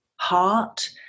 heart